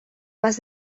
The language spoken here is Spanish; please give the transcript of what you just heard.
más